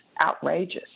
outrageous